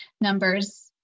numbers